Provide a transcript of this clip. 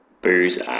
Booze